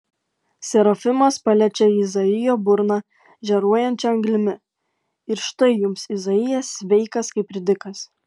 serafimas paliečia izaijo burną žėruojančia anglimi ir štai jums izaijas sveikas kaip ridikas